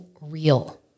real